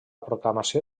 proclamació